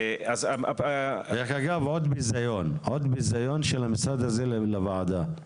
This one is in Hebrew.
--- דרך אגב, עוד ביזיון של המשרד הזה לוועדה.